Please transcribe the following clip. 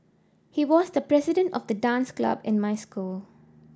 he was the president of the dance club in my school